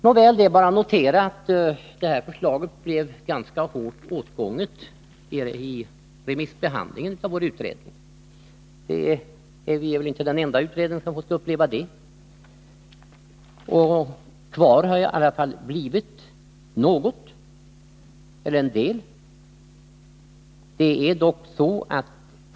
Nåväl, det är bara att notera att det här förslaget blev ganska hårt åtgånget i remissbehandlingen av vår utredning, och vi är väl inte den enda utredning som har fått uppleva det. Kvar har i alla fall blivit en del.